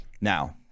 Now